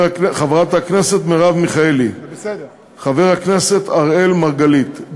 חברת הכנסת מרב מיכאלי, חבר הכנסת אראל מרגלית.